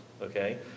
okay